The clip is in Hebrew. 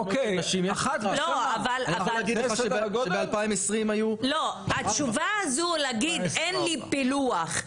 2021. התשובה הזו להגיד - אין לי פילוח.